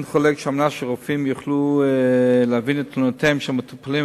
אין חולק על כך שכדי שרופאים יוכלו להבין את תלונותיהם של המטופלים,